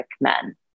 men